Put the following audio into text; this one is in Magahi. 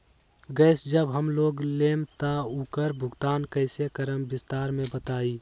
गैस जब हम लोग लेम त उकर भुगतान कइसे करम विस्तार मे बताई?